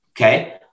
Okay